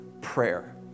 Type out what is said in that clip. prayer